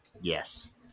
yes